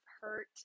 hurt